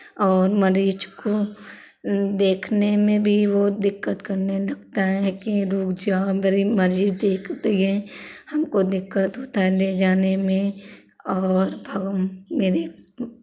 और मरीज को देखने में भी वो दिक्कत करने लगता है कि रुक जाओ गरीब मरीज देखती हैं हमको दिक्कत होता है ले जाने में और फग मेरे